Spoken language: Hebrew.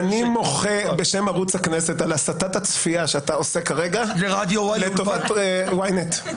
אני מוחה בשם ערוץ הכנסת על הסטת הצפייה שאתה עושה כרגע לטובת ynet.